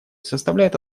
составляют